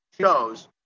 shows